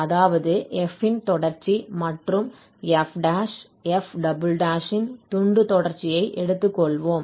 அதாவது f இன் தொடர்ச்சி மற்றும் f ' f " இன் துண்டுத் தொடர்ச்சியை எடுத்துக்கொள்வோம்